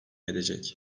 edecek